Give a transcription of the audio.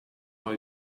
how